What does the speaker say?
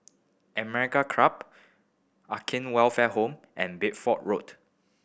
American Club Acacia Welfare Home and Bedford Road